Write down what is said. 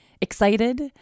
excited